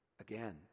again